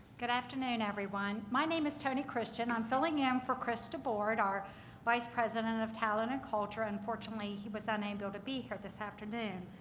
good afternoon everyone. my name is toni christian. i'm filling in for cris debord, our vice president of talent and culture. unfortunately he was unable to be here this afternoon.